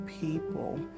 people